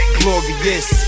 glorious